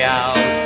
out